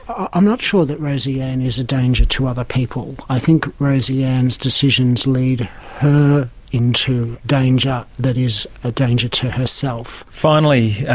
i'm not sure that rosie anne and is a danger to other people. i think rosie anne's decisions lead her into danger that is a danger to herself. finally,